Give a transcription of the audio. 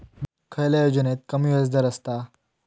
खयल्या योजनेत कमी व्याजदर असता?